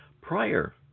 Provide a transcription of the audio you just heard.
prior